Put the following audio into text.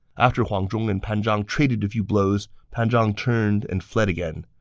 after huang zhong and pan zhang traded a few blows, pan zhang turned and fled again.